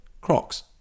Crocs